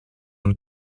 een